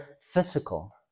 physical